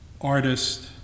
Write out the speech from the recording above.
artist